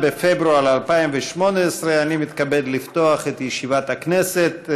בפברואר 2018. אני מתכבד לפתוח את ישיבת הכנסת.